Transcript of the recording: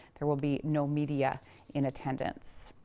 there will be no media in attendance.